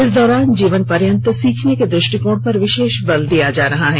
इस दौरान जीवनपर्यन्त सीखने के दृष्टिकोण पर विशेष बल दिया जा रहा है